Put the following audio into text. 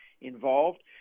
involved